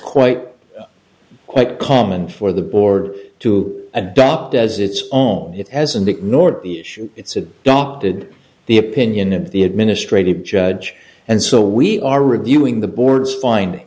quite quite common for the board to adopt as its own it hasn't ignored the issue it's adopted the opinion of the administrative judge and so we are reviewing the board's find